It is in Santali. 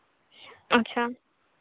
ᱟᱪᱪᱷᱟ